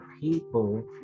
people